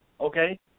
okay